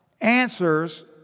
answers